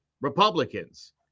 Republicans